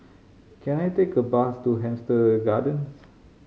can I take a bus to Hampstead Gardens